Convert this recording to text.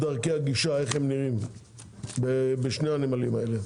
דרכי הגישה איך הן נראות בשני הנמלים האלה.